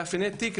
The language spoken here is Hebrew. מאפייני תיק,